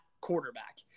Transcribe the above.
quarterback